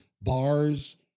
bars